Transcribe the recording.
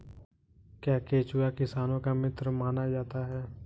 क्या केंचुआ किसानों का मित्र माना जाता है?